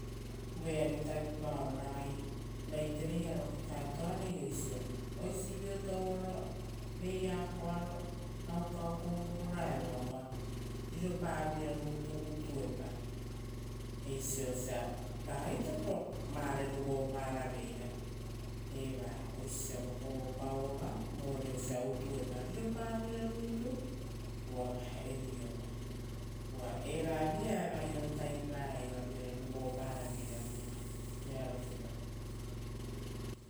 Voeari tavipaoro, ora ragai vaitereiaro kakaetoarei. tavipaoro oisio, oisiovo touoro vei akoara kaukau kovo paueva uva riropa vira rutu utuepa. Eisi uva ragaitapo vare rugoparaveira, eva oisio osia vokovo pauava vore oisia riropavire utuepa.